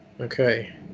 Okay